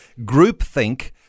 groupthink